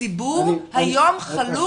הציבור היום חלוק.